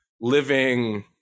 living